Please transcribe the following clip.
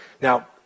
Now